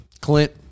Clint